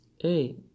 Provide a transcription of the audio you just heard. Hey